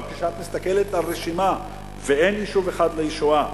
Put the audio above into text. אבל כשאת מסתכלת על רשימה ואין יישוב אחד לישועה,